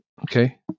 Okay